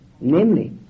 namely